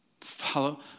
Follow